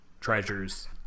treasures